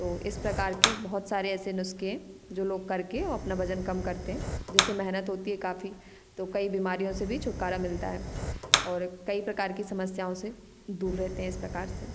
तो इस प्रकार के बहुत सारे ऐसे नुस्खे हैं जो लोग करके अपना वजन कम करते हैं जैसे मेहनत होती है काफी तो कई बीमारियों से भी छुटकारा मिलता है और कई प्रकार की समस्याओं से दूर रहते हैं इस प्रकार से